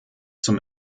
zum